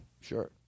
Sure